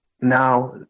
now